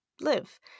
live